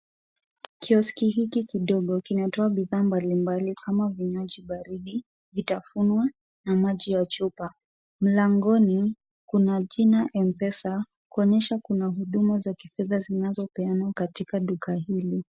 Kioski hiki kidogo kinatoa bidhaa mbalimbali kama vinywaji baridi, vitafuno na maji ya chupa. Mlangoni kuna jina Mpesa kuonyesha kuna huduma za kifedha zinazopeanwa katika duka hili.